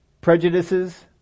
prejudices